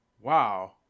wow